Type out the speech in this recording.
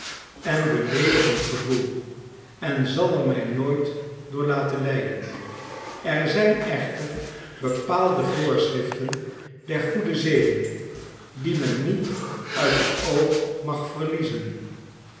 en beleedigend gevoel en zal er mij nooit door laten leiden er zijn echter bepaalde voorschriften der goede zeden die men niet uit het oog mag verliezen